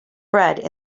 bread